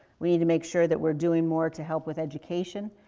we need to make sure that we're doing more to help with education.